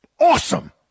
awesome